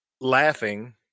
laughing